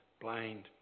blind